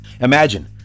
Imagine